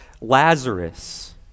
Lazarus